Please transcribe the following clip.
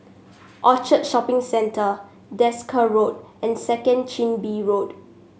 Orchard Shopping Centre Desker Road and Second Chin Bee Road